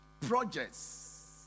Projects